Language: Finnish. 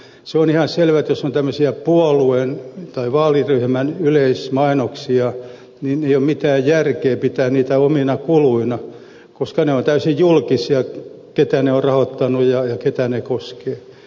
se on ihan selvä että jos on puolueen tai vaaliryhmän yleismainoksia niin ei ole mitään järkeä pitää niitä omina kuluina koska on täysin julkista keitä se ovat rahoittanut ja keitä ne koskevat